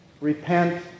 Repent